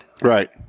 right